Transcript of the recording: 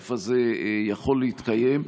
שהרצף הזה יכול להתקיים,